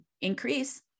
increase